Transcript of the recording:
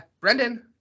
Brendan